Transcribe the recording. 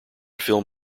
film